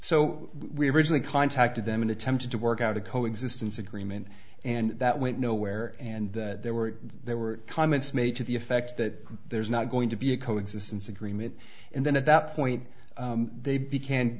so we originally contacted them and attempted to work out a coexistence agreement and that went nowhere and there were there were comments made to the effect that there's not going to be a coexistence agreement and then at that point they